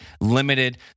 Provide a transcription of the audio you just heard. limited